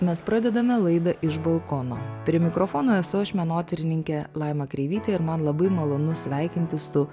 mes pradedame laidą iš balkono prie mikrofono esu aš menotyrininkė laima kreivytė ir man labai malonu sveikintis su